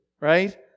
right